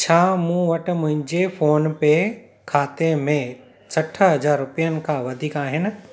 छा मूं वटि मुंहिंजे फोन पे खाते में सठि हज़ार रुपियनि खां वधीक आहिनि